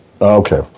Okay